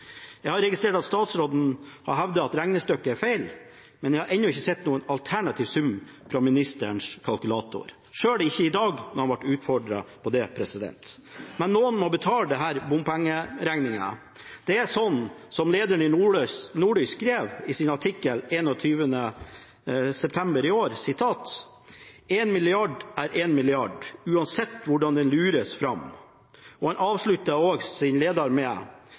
Jeg har registrert at statsråden har hevdet at regnestykket er feil, men jeg har enda ikke sett noen alternativ sum fra ministerens kalkulator, selv ikke i dag da han ble utfordret på det. Men noen må betale denne bompengeregningen. Det er sånn som lederen i Nordlys skrev i sin artikkel 21. september i år: «En milliard er en milliard, uansett hvordan den lures fram.» Og han avsluttet sin leder med: